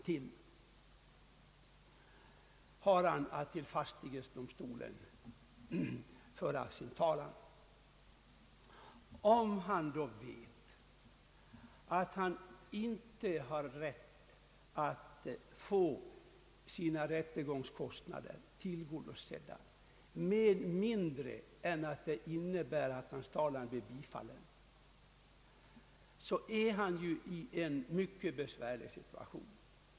Han har då att vid fastighetsdomstolen föra sin talan, och när han vet att han inte har rätt att få sina rättegångskostnader tillgodosedda med mindre än att hans talan blir bifallen, befinner han sig ju i en mycket besvärlig situation.